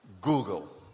Google